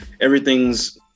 everything's